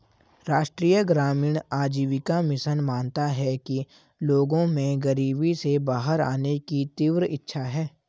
राष्ट्रीय ग्रामीण आजीविका मिशन मानता है कि लोगों में गरीबी से बाहर आने की तीव्र इच्छा है